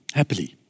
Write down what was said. happily